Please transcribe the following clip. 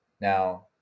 Now